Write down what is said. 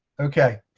okay.